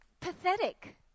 pathetic